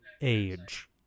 age